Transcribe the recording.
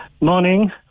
Morning